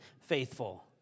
faithful